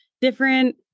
different